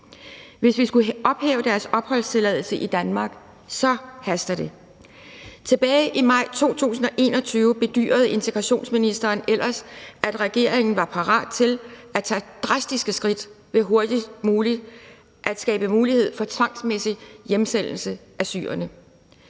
Hvis vi skulle ophæve deres opholdstilladelse i Danmark, haster det. Tilbage i maj 2021 bedyrede udlændinge- og integrationsministeren ellers, at regeringen var parat til at tage drastiske skridt ved hurtigst muligt at skabe mulighed for tvangsmæssig hjemsendelse af syrerne.